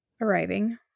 arriving